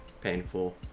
painful